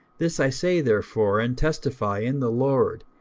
this i say therefore, and testify in the lord,